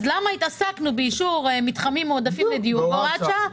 למה התעסקנו באישור מתחמים מועדפים לדיור בהוראת שעה?